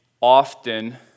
often